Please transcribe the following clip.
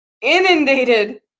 inundated